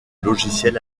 logiciels